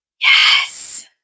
Yes